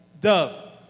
dove